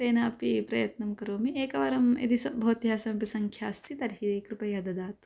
तेन अपि प्रयत्नं करोमि एकवारं यदि सः भवत्याः समपि संख्या अस्ति तर्हि कृपया ददातु